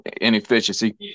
inefficiency